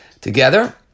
together